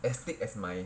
as thick as my